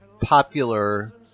Popular